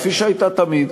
כפי שהייתה תמיד.